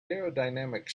aerodynamic